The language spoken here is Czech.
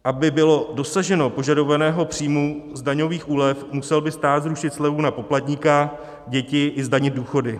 Aby bylo dosaženo požadovaného příjmu z daňových úlev, musel by stát zrušit slevu na poplatníka, děti i zdanit důchody.